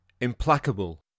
implacable